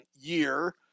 year